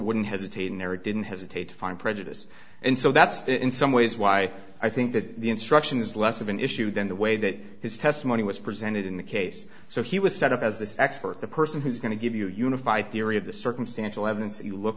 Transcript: wouldn't hesitate in there it didn't hesitate to find prejudice and so that's the in some ways why i think that the instruction is less of an issue than the way that his testimony was presented in the case so he was set up as the expert the person who's going to give you a unified theory of the circumstantial evidence you look